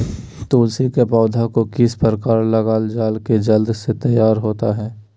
तुलसी के पौधा को किस प्रकार लगालजाला की जल्द से तैयार होता है?